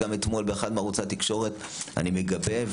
גם אתמול באחד מערוצי התקשורת אני מגבה,